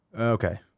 Okay